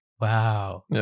Wow